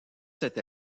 cette